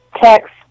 Text